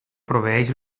proveeix